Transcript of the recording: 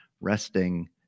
resting